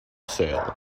sail